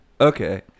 Okay